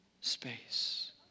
space